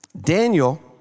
Daniel